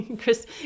Chris